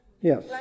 Yes